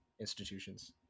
institutions